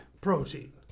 protein